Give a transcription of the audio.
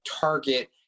target